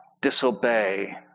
disobey